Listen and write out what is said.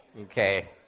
okay